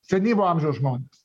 senyvo amžiaus žmones